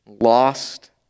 lost